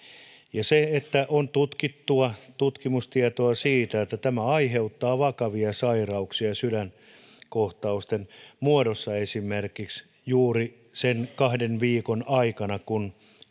eikä sitä että on tutkimustietoa siitä että tämä aiheuttaa vakavia sairauksia sydänkohtausten muodossa esimerkiksi juuri sen kahden viikon aikana kun